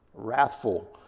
wrathful